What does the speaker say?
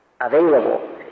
Available